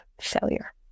failure